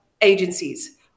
agencies